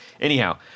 anyhow